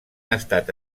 estat